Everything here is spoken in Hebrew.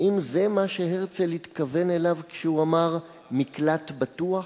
האם זה מה שהרצל התכוון אליו כשהוא אמר "מקלט בטוח"?